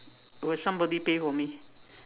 will somebody pay for me